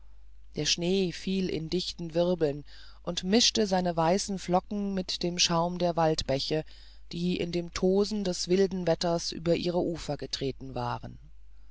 der schnee fiel in dichten wirbeln und mischte seine weißen flocken mit dem schaum der waldbäche die in dem tosen des wilden wetters über ihre ufer getreten waren